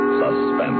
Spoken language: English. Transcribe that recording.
Suspense